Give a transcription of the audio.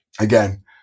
again